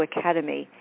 Academy